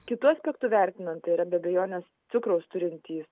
kitu aspektu vertinant tai yra be abejonės cukraus turintys